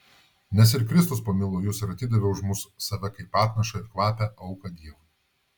nes ir kristus pamilo jus ir atidavė už mus save kaip atnašą ir kvapią auką dievui